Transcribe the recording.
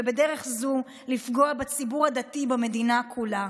ובדרך זו לפגוע בציבור הדתי ובמדינה כולה.